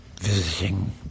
visiting